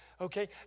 okay